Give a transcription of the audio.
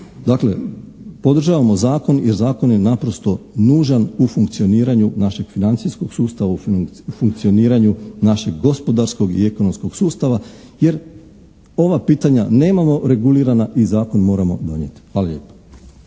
Dakle, podržavamo zakon jer zakon je naprosto nužan u funkcioniranju našeg financijskog sustava, u funkcioniranju našeg gospodarskog i ekonomskog sustava jer ova pitanja nemamo regulirana i zakon moramo donijeti. Hvala lijepo.